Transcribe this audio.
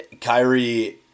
Kyrie